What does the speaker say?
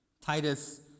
Titus